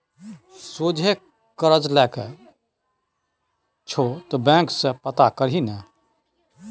सोझे करज लए के छौ त बैंक सँ पता करही ने